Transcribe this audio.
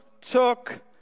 took